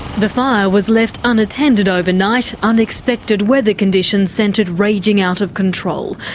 the fire was left unattended overnight unexpected weather conditions sent it raging out of control.